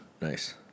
Nice